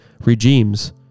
regimes